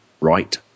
right